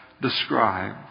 described